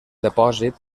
depòsit